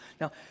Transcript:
Now